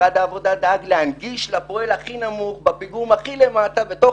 משרד העבודה דאג להנגיש לפועל בפיגום הכי נמוך ובתוך